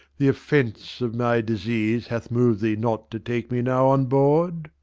the offence of my disease hath moved thee not to take me now on board?